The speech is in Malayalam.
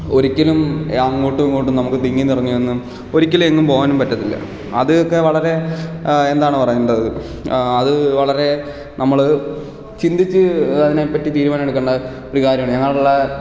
ഒരിക്കലും അങ്ങോട്ടും ഇങ്ങോട്ടും നമുക്ക് തിങ്ങി നിറഞ്ഞു ഒന്നും ഒരിക്കലും ഏങ്ങും പോകാനും പറ്റത്തില്ല അതൊക്കെ വളരെ എന്താണ് പറയേണ്ടത് അത് വളരെ നമ്മൾ ചിന്തിച്ച് അതിനെ പറ്റി തീരുമാനം എടുക്കേണ്ട ഒരു കാര്യമാണ് ഞങ്ങളുടെ